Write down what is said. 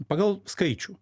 pagal skaičių